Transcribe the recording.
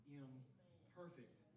imperfect